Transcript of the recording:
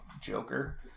joker